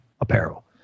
apparel